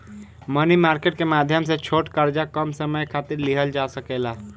मनी market के माध्यम से छोट कर्जा कम समय खातिर लिहल जा सकेला